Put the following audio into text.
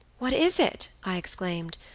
what is it? i exclaimed,